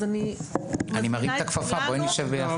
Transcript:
אז אני מרים את הכפפה בואי נשב ביחד.